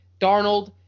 Darnold